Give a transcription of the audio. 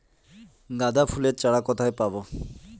গাঁদা ফুলের চারা কোথায় পাবো?